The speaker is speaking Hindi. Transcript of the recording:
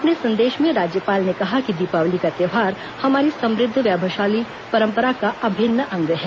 अपने संदेश में राज्यपाल ने कहा कि दीपावली का त्यौहार हमारी समृद्ध वैभवशाली परंपरा का अभिन्न अंग है